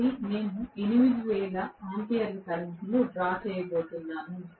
కాబట్టి నేను 8000 ఆంపియర్ల కరెంట్ను డ్రా చేయబోతున్నాను